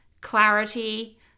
clarity